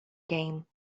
game